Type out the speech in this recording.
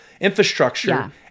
infrastructure